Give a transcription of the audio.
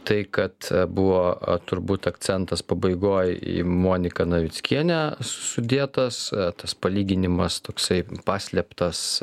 tai kad buvo turbūt akcentas pabaigoj į moniką navickienę sudėtas tas palyginimas toksai paslėptas